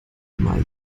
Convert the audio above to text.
immer